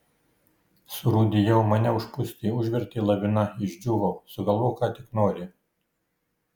surūdijau mane užpustė užvertė lavina išdžiūvau sugalvok ką tik nori